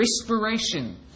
Respiration